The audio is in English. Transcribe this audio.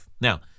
Now